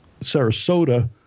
Sarasota